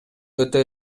өтө